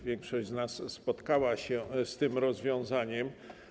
Większość z nas spotkała się z tym rozwiązaniem.